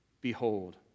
Behold